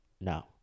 no